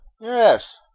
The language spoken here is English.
Yes